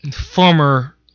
former